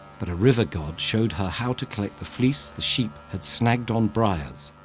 but a river god showed her how to collect the fleece the sheep had snagged on briars,